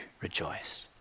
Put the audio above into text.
rejoice